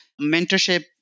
Mentorship